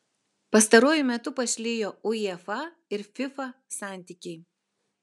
pastaruoju metu pašlijo uefa ir fifa santykiai